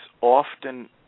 often